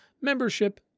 membership